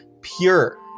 Pure